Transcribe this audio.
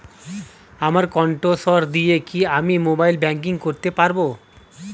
আমার কন্ঠস্বর দিয়ে কি আমি মোবাইলে ব্যাংকিং করতে পারবো?